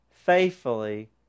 faithfully